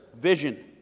vision